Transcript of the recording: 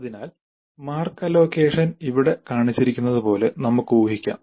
അതിനാൽ mark allocation ഇവിടെ കാണിച്ചിരിക്കുന്നതുപോലെ നമുക്ക് ഊഹിക്കാം